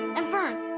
and fern,